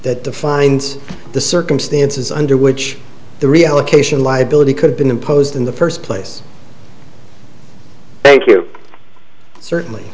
that defines the circumstances under which the reallocation liability could've been imposed in the first place thank you certainly